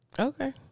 Okay